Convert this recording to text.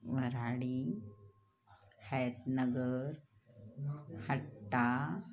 वऱ्हाडी Haitnagar हट्टा